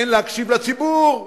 אין להקשיב לציבור.